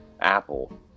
Apple